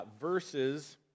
verses